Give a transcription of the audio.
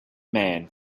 man